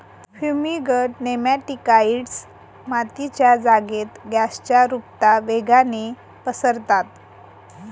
fumigant nematicides मातीच्या जागेत गॅसच्या रुपता वेगाने पसरतात